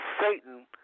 Satan